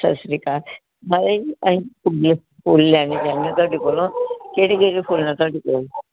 ਸਤਿ ਸ਼੍ਰੀ ਅਕਾਲ ਨਾਲੇ ਜੀ ਅਸੀਂ ਫੁੱਲ ਫੁੱਲ ਲੈਣੇ ਚਾਹੁੰਦੇ ਤੁਹਾਡੇ ਕੋਲੋਂ ਕਿਹੜੇ ਕਿਹੜੇ ਫੁੱਲ ਹੈ ਤੁਹਾਡੇ ਕੋਲ